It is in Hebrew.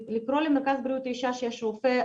לקרוא למרכז בריאות האישה שיש בו רופא,